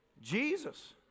Jesus